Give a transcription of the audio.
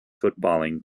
footballing